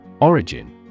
Origin